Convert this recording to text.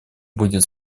будет